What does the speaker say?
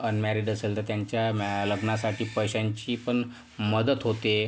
unmarried असेल तर त्यांच्या लग्नासाठी पैशांची पण मदत होते